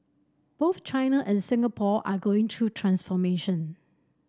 both China and Singapore are going through transformation